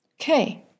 Okay